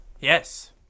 Yes